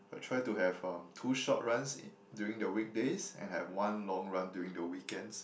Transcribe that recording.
I try to have um two short runs in during the weekdays and have one long run during the weekends